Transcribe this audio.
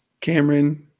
Cameron